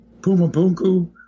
Pumapunku